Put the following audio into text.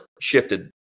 shifted